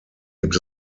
gibt